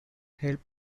helped